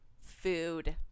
food